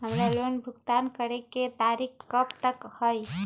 हमार लोन भुगतान करे के तारीख कब तक के हई?